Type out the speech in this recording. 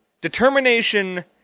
Determination